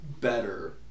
better